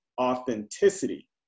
authenticity